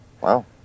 Wow